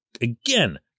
Again